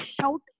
shout